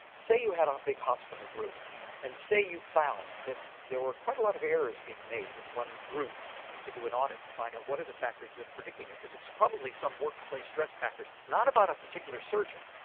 say you had a big hospital group and say you found that there are quite a lot of errors being made in one group, well you could do an audit and find out what are the factors that are predicting it. cause it's probably some workplace stress factors, not about a particular surgeon,